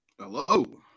Hello